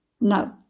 no